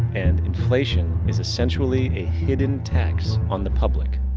and inflation is essentially a hidden tax on the public.